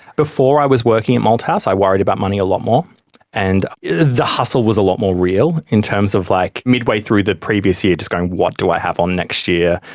before i was working at malthouse i worried about money a lot more and the hustle was a lot more real in terms of like midway through the previous year just going what do i have on next year?